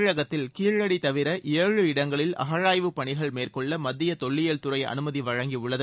தமிழகத்தில் கீழடி தவிர ஏழு இடங்களில் அகழாய்வு பணிகள் மேற்கொள்ள மத்திய தொல்லியல் துறை அனுமதி வழங்கியுள்ளது